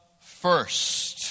first